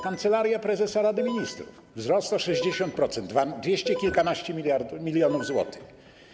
Kancelaria Prezesa Rady Ministrów - wzrost o 60%, dwieście kilkanaście milionów złotych.